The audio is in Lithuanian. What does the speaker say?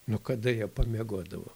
nu kada jie pamiegodavo